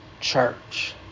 Church